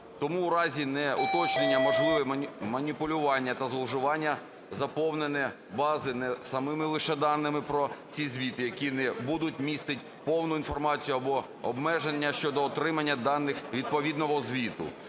Тому у разі неуточнення можливі маніпулювання та зловживання, заповнення бази не самими лише даними про ці звіти, які не будуть містити повну інформацію або обмеження щодо отримання даних відповідного звіту.